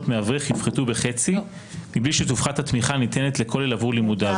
מאברך יפחתו בחצי מבלי שתופחת התמיכה הניתנת לכולל עבור לימודיו.